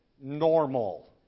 normal